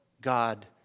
God